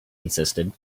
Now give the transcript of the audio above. insisted